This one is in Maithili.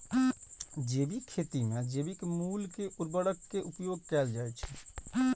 जैविक खेती मे जैविक मूल के उर्वरक के उपयोग कैल जाइ छै